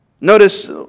Notice